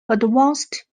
advanced